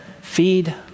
feed